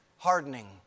Hardening